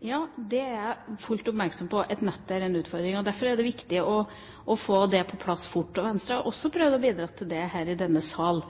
er fullt oppmerksom på at nettet er en utfordring. Derfor er det viktig å få det på plass fort. Venstre har også prøvd å bidra til det her i denne sal.